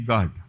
God